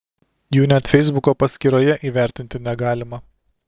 jų net feisbuko paskyroje įvertinti negalima